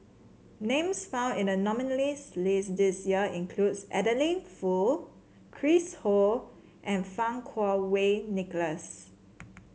names found in the nominees' list this year include Adeline Foo Chris Ho and Fang Kuo Wei Nicholas